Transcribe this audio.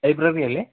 library അല്ലേ